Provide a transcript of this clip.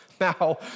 Now